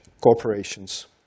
corporations